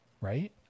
Right